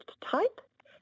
type